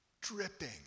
dripping